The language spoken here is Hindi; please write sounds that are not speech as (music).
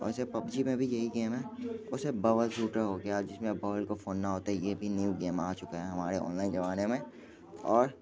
और ऐसे पबजी में भी यही गेम है वैसे (unintelligible) शूटर हो गया जिसमें (unintelligible) को फोड़ना होता है ये भी न्यू गेम आ चुका है हमारे ऑनलाइन ज़माने में और